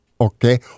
Okay